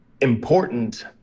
important